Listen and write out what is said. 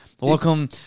Welcome